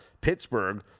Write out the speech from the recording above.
Pittsburgh